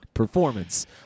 performance